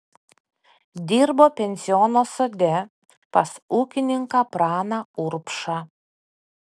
dirbo pensiono sode pas ūkininką praną urbšą